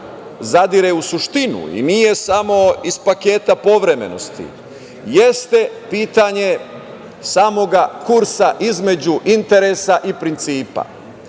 zadire u suštinu i nije samo iz paketa povremenosti, jeste pitanje samoga kursa između interesa i principa. Naravno,